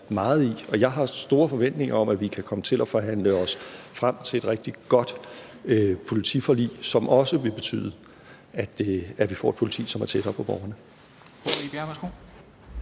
meget i, og jeg har store forventninger om, at vi kan komme til at forhandle os frem til et rigtig godt politiforlig, som også vil betyde, at vi får et politi, som er tættere på borgerne.